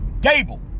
Gable